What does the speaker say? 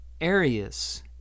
Arius